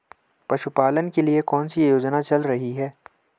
पशुपालन के लिए कौन सी योजना चल रही है?